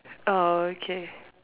orh okay